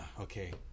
okay